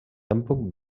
tampoc